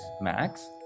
max